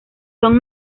son